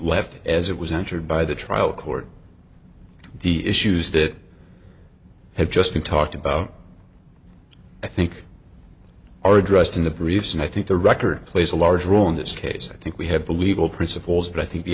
left as it was entered by the trial court the issues that have just been talked about i think are addressed in the briefs and i think the record plays a large role in this case i think we have the legal principles but i think the